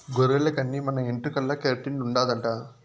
గొర్రెల కన్ని మన ఎంట్రుకల్ల కెరటిన్ ఉండాదట